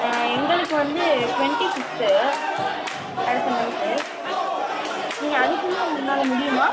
எங்களுக்கு வந்து twenty fifth அடுத்த மன்த்து நீங்கள் அதுக்குள்ளே உங்களால் முடியுமா